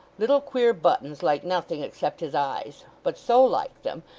little queer buttons like nothing except his eyes but so like them,